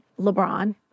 LeBron